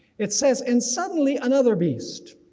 it says, and suddenly another beast,